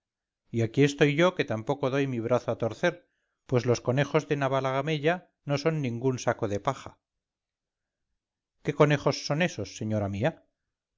y aquí estoy yo que tampoco doy mi brazo a torcer pues los conejos de navalagamella no son ningún saco de paja qué conejos son esos señora mía